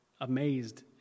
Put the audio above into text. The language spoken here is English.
amazed